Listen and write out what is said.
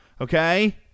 okay